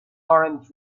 orange